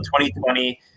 2020